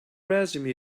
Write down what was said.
resume